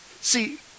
see